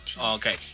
Okay